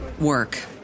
work